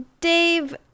Dave